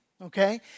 okay